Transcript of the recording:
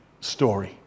story